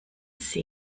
sie